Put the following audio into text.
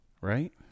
right